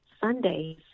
Sundays